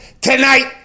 tonight